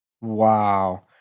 Wow